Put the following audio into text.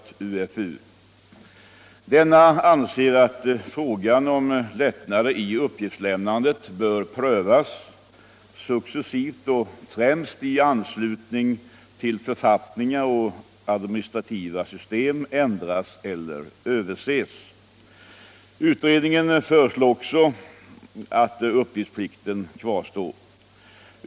Denna anser att frågan om lättnader i uppgiftslämnandet bör prövas successivt och främst i anslutning till ändring eller översyn av författningar och administrativa system. Utredningen föreslår också att uppgiftsplikten kvarstår.